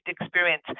experience